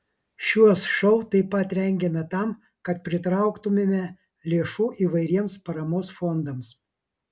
šiuos šou taip pat rengiame tam kad pritrauktumėme lėšų įvairiems paramos fondams